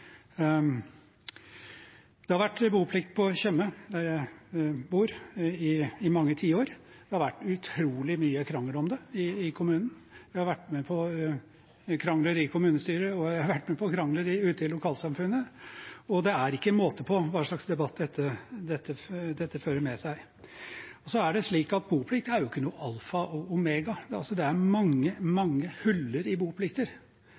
Det har vært boplikt på Tjøme, der jeg bor, i mange tiår, og det har vært utrolig mye krangel om det i kommunen. Jeg har vært med på krangler i kommunestyret, og jeg har vært med på krangler ute i lokalsamfunnet, og det er ikke måte på hva slags debatt dette fører med seg. Boplikt er jo ikke noe alfa og omega, for det er altså mange, mange huller i